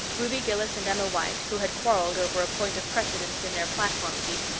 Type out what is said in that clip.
ruby gillis and emma white, who had quarreled over a point of precedence in their platform seats,